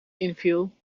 inviel